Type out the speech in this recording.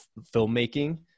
filmmaking